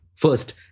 First